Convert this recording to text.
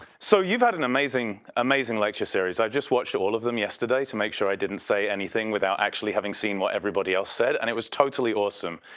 so you've had an amazing amazing lecture series. i just watched all of them yesterday to make sure i didn't say anything without actually having seen what everybody else said. and it was totally awesome.